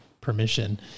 permission